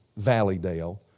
Valleydale